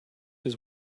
his